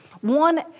one